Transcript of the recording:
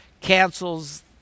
cancels